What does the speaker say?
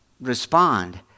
respond